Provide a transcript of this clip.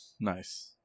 Nice